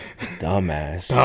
dumbass